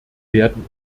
werden